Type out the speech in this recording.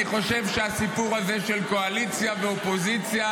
אני חושב שהסיפור הזה של קואליציה ואופוזיציה,